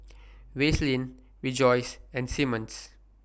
Vaseline Rejoice and Simmons